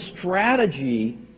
strategy